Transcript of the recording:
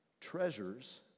treasures